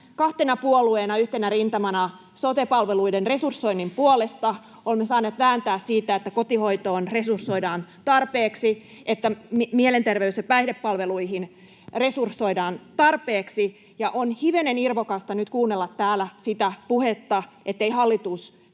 kahtena puolueena yhtenä rintamana sote-palveluiden resursoinnin puolesta. Olemme saaneet vääntää siitä, että kotihoitoon resursoidaan tarpeeksi, että mielenterveys‑ ja päihdepalveluihin resursoidaan tarpeeksi. Ja on hivenen irvokasta nyt kuunnella täällä sitä puhetta, ettei hallitus tee mitään.